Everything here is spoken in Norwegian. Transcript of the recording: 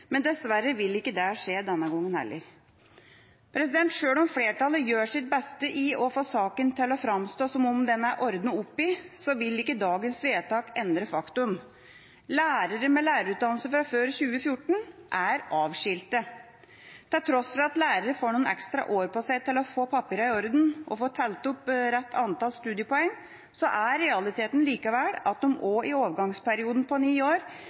men dessverre vil ikke det skje denne gangen, heller. Sjøl om flertallet gjør sitt beste for å få saken til å framstå som om den er ordnet opp i, vil ikke dagens vedtak endre faktum. Lærere med lærerutdannelse fra før 2014 er avskiltet. Til tross for at lærere får noen ekstra år på seg til å få papirene i orden og få telt opp rett antall studiepoeng, er realiteten likevel at de i overgangsperioden på ni år